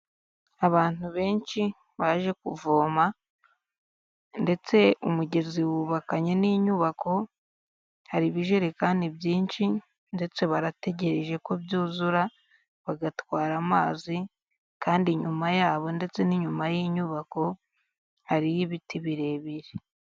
Abantu benshi baje kuvoma, ndetse umugezi wubakanye n'inyubako, hari ibijerekani byinshi, ndetse barategereje ko byuzura bagatwara amazi, kandi inyuma yabo ndetse n'inyuma y'inyubako hariyo ibiti birebire.